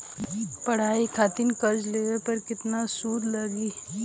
पढ़ाई खातिर कर्जा लेवे पर केतना सूद लागी?